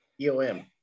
EOM